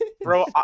Bro